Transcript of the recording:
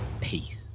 Peace